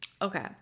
Okay